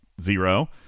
zero